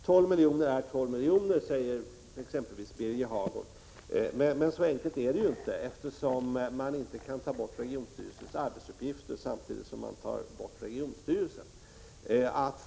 12 miljoner är 12 miljoner, säger exempelvis Birger Hagård, men så enkelt är det inte eftersom man inte kan ta bort regionstyrelsernas arbetsuppgifter samtidigt som man tar bort regionstyrelserna.